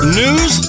news